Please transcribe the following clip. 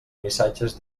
missatges